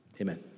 Amen